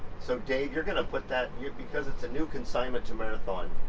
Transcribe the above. so dave, you're gonna put that here because it's a new consignment to marathon.